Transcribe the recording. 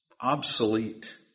obsolete